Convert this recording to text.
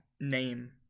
name